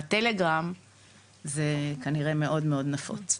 בטלגרם זה כנראה מאד מאוד נפוץ.